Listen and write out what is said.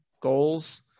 goals